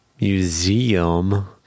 Museum